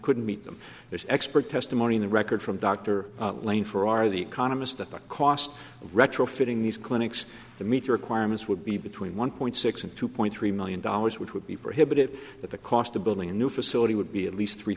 couldn't meet them there's expert testimony in the record from dr lane for our the economist that the cost of retrofitting these clinics to meet the requirements would be between one point six and two point three million dollars which would be prohibitive that the cost of building a new facility would be at least three